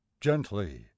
gently